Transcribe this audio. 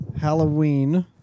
Halloween